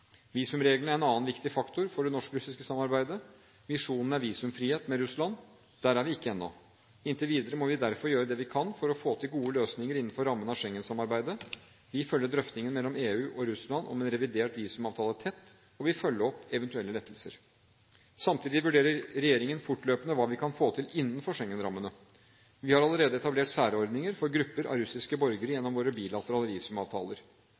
Visumreglene er en annen viktig faktor for det norsk-russiske samarbeidet. Visjonen er visumfrihet med Russland. Der er vi ikke ennå. Inntil videre må vi derfor gjøre det vi kan for å få til gode løsninger innenfor rammene av Schengen-samarbeidet. Vi følger drøftingen mellom EU og Russland om en revidert visumavtale tett, og vi vil følge opp eventuelle lettelser. Samtidig vurderer regjeringen fortløpende hva vi kan få til innenfor Schengen-rammene. Vi har allerede etablert særordninger for grupper av russiske borgere